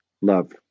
Love